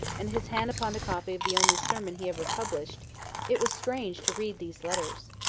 and his hand upon a copy of the only sermon he ever published it was strange to read these letters.